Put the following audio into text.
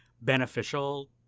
beneficial